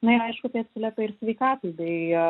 na ir aišku tai atsiliepia ir sveikatai bei